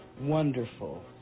Wonderful